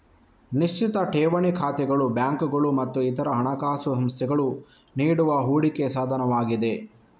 ನಿಶ್ಚಿತ ಠೇವಣಿ ಖಾತೆಗಳು ಬ್ಯಾಂಕುಗಳು ಮತ್ತು ಇತರ ಹಣಕಾಸು ಸಂಸ್ಥೆಗಳು ನೀಡುವ ಹೂಡಿಕೆ ಸಾಧನವಾಗಿದೆ